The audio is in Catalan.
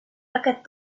aquest